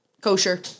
kosher